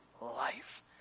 life